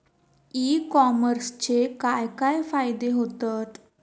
E कॉमर्सचे काय काय फायदे होतत?